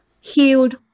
healed